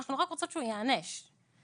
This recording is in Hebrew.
אנחנו רק רוצות שהוא ייענש נקודה,